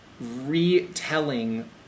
retelling